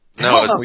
No